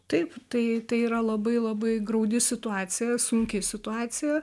taip tai tai yra labai labai graudi situacija sunki situacija